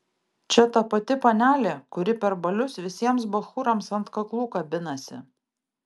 čia ta pati panelė kuri per balius visiems bachūrams ant kaklų kabinasi